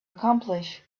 accomplish